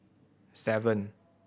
seven